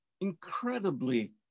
incredibly